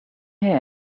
here